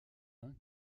uns